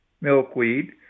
milkweed